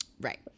Right